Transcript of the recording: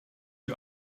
you